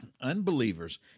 Unbelievers